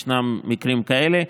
ישנם מקרים כאלה.